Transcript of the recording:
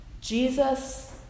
Jesus